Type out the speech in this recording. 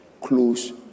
close